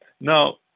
Now